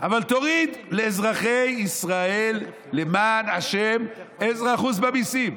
אבל תוריד לאזרחי ישראל, למען השם, 10% במיסים.